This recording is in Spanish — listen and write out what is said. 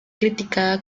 criticada